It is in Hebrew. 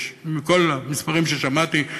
מתוך כל המספרים ששמעתי,